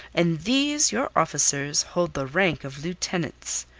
and these your officers hold the rank of lieutenants.